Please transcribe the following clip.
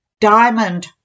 Diamond